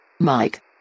Mike